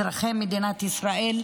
אזרחי מדינת ישראל,